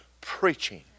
preaching